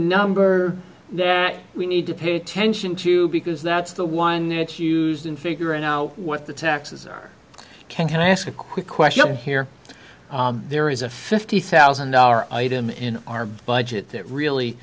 number that we need to pay attention to because that's the one it's used in figuring out what the taxes are can i ask a quick question here there is a fifty thousand dollars item in our budget that really